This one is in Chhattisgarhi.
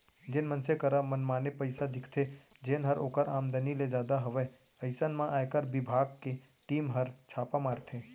जेन मनसे करा मनमाने पइसा दिखथे जेनहर ओकर आमदनी ले जादा हवय अइसन म आयकर बिभाग के टीम हर छापा मारथे